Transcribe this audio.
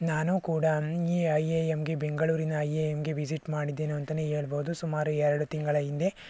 ನಾನು ಕೂಡ ಈ ಐ ಎ ಎಮ್ಗೆ ಬೆಂಗಳೂರಿನ ಐ ಎ ಎಮ್ಗೆ ವಿಸಿಟ್ ಮಾಡಿದ್ದೇನೆ ಅಂತಲೇ ಹೇಳ್ಬೋದು ಸುಮಾರು ಎರಡು ತಿಂಗಳ ಹಿಂದೆ